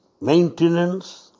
maintenance